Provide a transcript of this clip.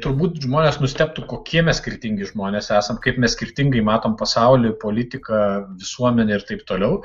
turbūt žmonės nustebtų kokie mes skirtingi žmonės esam kaip mes skirtingai matome pasaulį politiką visuomenę ir taip toliau